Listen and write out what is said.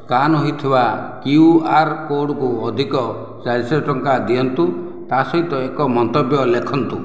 scan ହୋଇଥିବା କ୍ୟୁଆର୍କୋଡକୁ ଅଧିକ ଚାରି ଶହ ଟଙ୍କା ଦିଅନ୍ତୁ ତା' ସହିତ ଏକ ମନ୍ତବ୍ୟ ଲେଖନ୍ତୁ